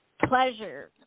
pleasure